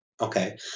Okay